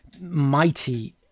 mighty